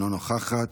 אינה נוכחת,